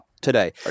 today